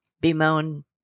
bemoan